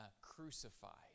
crucified